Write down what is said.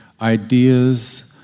ideas